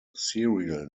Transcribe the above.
serial